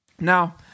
Now